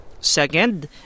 Second